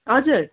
हजुर